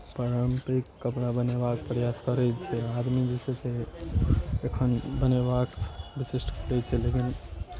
पारम्परिक कपड़ा बनाबैके प्रयास करै छै आदमी जे छै से एखन बनेबाक विशिष्ट करै छै जखन